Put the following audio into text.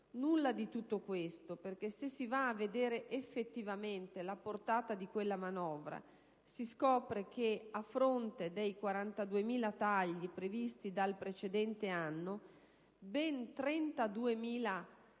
Nulla di tutto ciò, perché, se si va a vedere effettivamente la portata di quella manovra, si scopre che a fronte dei 42.000 tagli previsti dal precedente anno, ben 32.000 erano